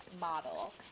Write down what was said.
Model